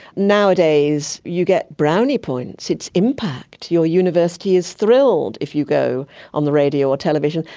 nowadays you get brownie points, it's impact, your university is thrilled if you go on the radio or television.